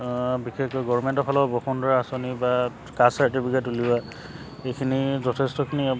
বিশেষকৈ গভৰ্ণমেণ্টৰ ফালৰ বসুন্ধৰা আঁচনি বা কাষ্ট চাৰ্টিফিকেট উলিওৱা এইখিনি যথেষ্টখিনি